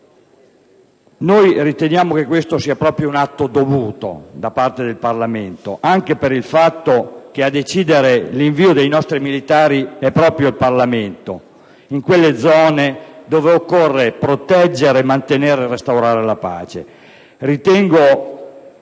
Riteniamo che questo sia un atto dovuto da parte del Parlamento, anche per il fatto che a decidere l'invio dei nostri militari è proprio il Parlamento, in quelle zone dove occorre proteggere, mantenere e restaurare la pace.